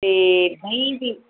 ਅਤੇ ਨਹੀਂ ਜੀ